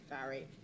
Sorry